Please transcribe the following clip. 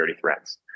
threats